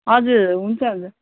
हजुर हुन्छ हुन्छ